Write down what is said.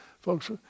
folks